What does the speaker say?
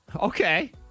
Okay